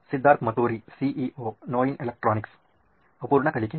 Siddharth Maturi CEO ನೋಯಿನ್ electronics ಅಪೂರ್ಣ ಕಲಿಕೆ